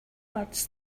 words